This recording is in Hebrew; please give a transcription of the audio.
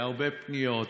הרבה פניות.